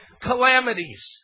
calamities